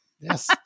Yes